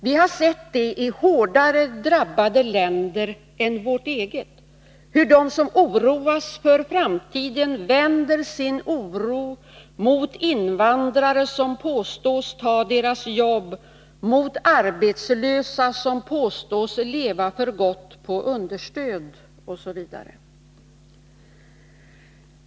Vi har sett det i länder som är hårdare drabbade än vårt eget land — hur de som oroas för framtiden vänder sin oro mot invandrare, som påstås ta deras jobb, mot arbetslösa, som påstås leva för gott på understöd osv.